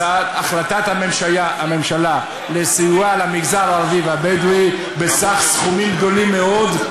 החלטת הממשלה לסיוע למגזר הערבי והבדואי בסכומים גדולים מאוד,